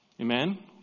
Amen